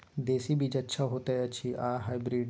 देसी बीज अच्छा होयत अछि या हाइब्रिड?